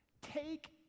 Take